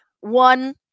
One